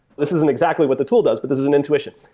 this isn't exactly what the tool does, but this is an intuition.